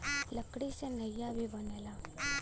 लकड़ी से नइया भी बनला